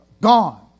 gone